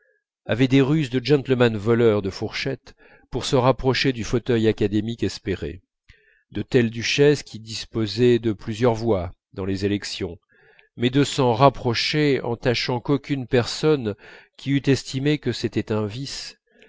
avait des ruses de gentleman voleur de fourchettes pour se rapprocher du fauteuil académique espéré de telle duchesse qui disposait de plusieurs voix dans les élections mais de s'en rapprocher en tâchant qu'aucune personne qui eût estimé que c'était un vice